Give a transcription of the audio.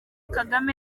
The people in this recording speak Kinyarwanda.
kagame